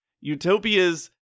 utopias